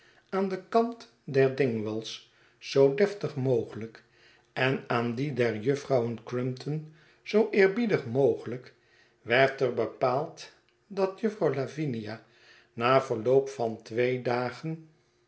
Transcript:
aan den kant der dingwalls zoo deftig mogelijk en aan dien der juffrouwen crumpton zoo eerbiedig mogelijk werd er bepaald dat juffrouw lavinia na verloop van twee dagen